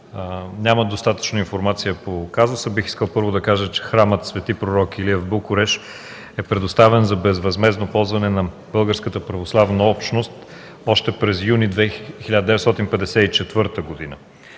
нямат достатъчно информация по казуса, бих искал първо да кажа, че храмът „Св. пророк Илия” в Букурещ е предоставен за безвъзмездно ползване на българската православна общност още през месец юни 1954 г.